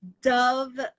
dove